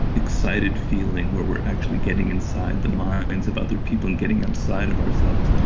excited feeling where we're actually getting inside the minds of other people and getting inside of ourselves.